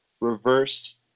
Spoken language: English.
reverse